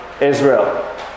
Israel